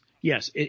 Yes